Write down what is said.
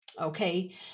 Okay